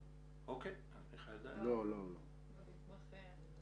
מערכת החקיקה מכסה טוב